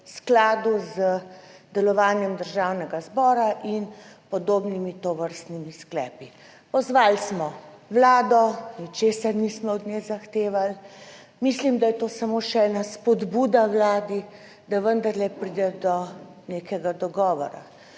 v skladu z delovanjem Državnega zbora in podobnimi tovrstnimi sklepi. Pozvali smo vlado, ničesar nismo od nje zahtevali. Mislim, da je to samo še ena spodbuda vladi, da vendarle pride do nekega dogovora.